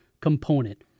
component